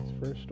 first